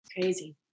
crazy